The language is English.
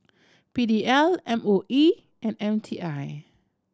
P D L M O E and M T I